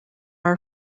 are